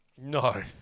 No